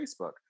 Facebook